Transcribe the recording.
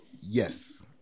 yes